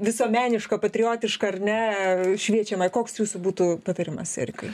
visuomenišką patriotišką ar ne šviečiamąją koks jūsų būtų patarimas erikai